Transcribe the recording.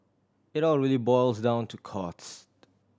it all really boils down to cost